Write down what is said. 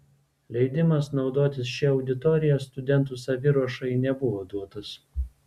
leidimas naudotis šia auditorija studentų saviruošai nebuvo duotas